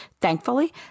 thankfully